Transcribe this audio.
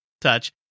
touch